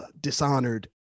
dishonored